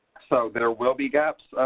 so there will be gaps.